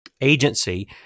Agency